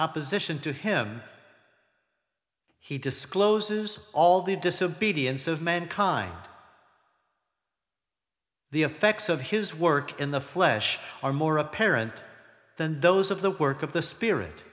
opposition to him he discloses all the disobedience of mankind the effects of his work in the flesh are more apparent than those of the work of the spirit